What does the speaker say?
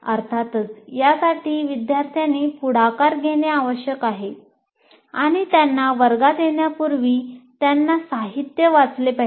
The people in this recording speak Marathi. अर्थातच यासाठी विद्यार्थ्यांनी पुढाकार घेणे आवश्यक आहे आणि त्यांना वर्गात येण्यापूर्वी त्यांनी साहित्य वाचले पाहिजे